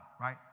right